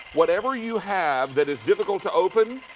whatever you have that is difficult to open,